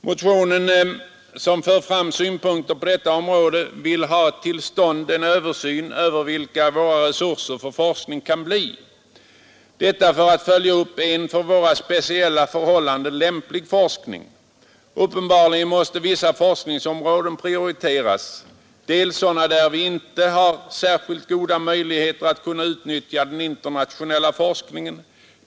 Motionärerna, som för fram synpunkter på detta område, vill ha till stånd en översyn över vilka våra resurser för forskning kan bli, detta för att följa upp en för våra speciella förhållanden lämplig forskning. Uppenbarligen måste vissa forskningsområden prioriteras, bl.a. sådana där vi inte har särskilt goda möjligheter att utnyttja den internationella forskningen.